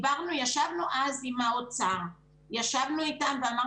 ישבנו אז עם האוצר ואמרנו,